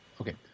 Okay